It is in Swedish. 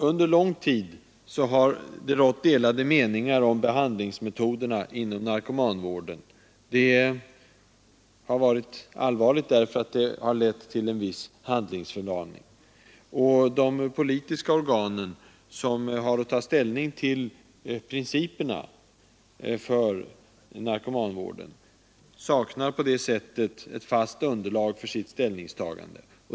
Under lång tid har det rått delade meningar om behandlingsmetoderna inom narkomanvården. Det har varit allvarligt därför att det har lett till en viss handlingsförlamning. De politiska organ som har att ta ställning till principerna för narkomanvården saknar på det sättet ett fast underlag för sitt ställningstagande.